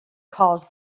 caused